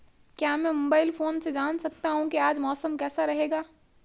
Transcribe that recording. क्या मैं mobile phone से जान सकता हूँ कि आज मौसम कैसा रहेगा?